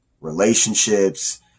relationships